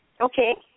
Okay